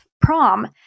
prom